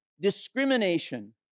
discrimination